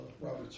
Robert